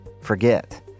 forget